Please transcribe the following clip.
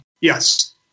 Yes